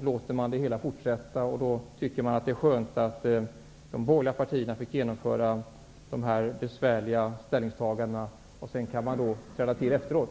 låter det hela fortsätta och tycker att det är skönt att de borgerliga partierna fick göra dessa besvärliga ställningstaganden innan man tillträdde?